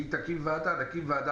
נקים ועדה